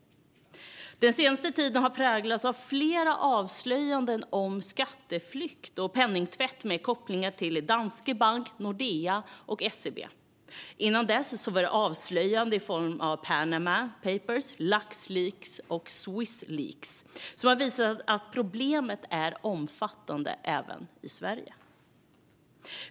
Den senaste tiden har präglats av flera avslöjanden om skatteflykt och penningtvätt med kopplingar till Danske Bank, Nordea och SEB. Innan dess var det avslöjanden i form av Panama Papers, Lux Leaks och Swiss Leaks som har visat att problemen är omfattande även i Sverige.